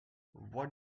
what